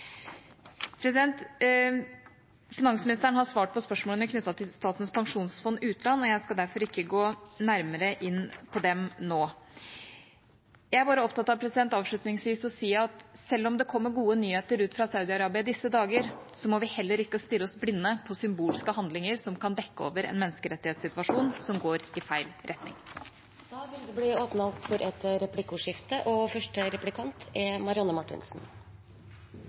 grenseovervåkningsutstyr. Finansministeren har svart på spørsmålene knyttet til Statens pensjonsfond utland, og jeg skal derfor ikke gå nærmere inn på dem nå. Jeg er avslutningsvis opptatt av å si at selv om det kommer gode nyheter ut fra Saudi-Arabia i disse dager, må vi heller ikke stirre oss blinde på symbolske handlinger som kan dekke over en menneskerettighetssituasjon som går i feil retning. Det blir replikkordskifte. Som jeg også var inne på i innlegget mitt, venter vi på denne utredningen om hvordan Norge kan bidra til utvikling av et